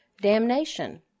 damnation